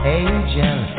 angel